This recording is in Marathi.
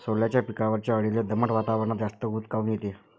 सोल्याच्या पिकावरच्या अळीले दमट वातावरनात जास्त ऊत काऊन येते?